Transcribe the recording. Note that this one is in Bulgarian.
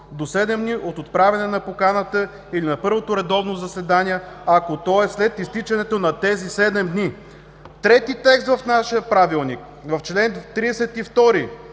до 7 дни от отправяне на поканата или на първото редовно заседание, ако то е след изтичането на тези 7 дни.“ Трети текст в нашия Правилник – чл. 32: